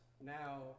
now